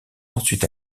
ensuite